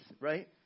right